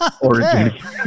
origin